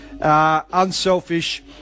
unselfish